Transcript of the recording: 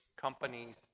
companies